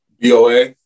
BOA